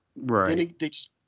Right